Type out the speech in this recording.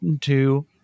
two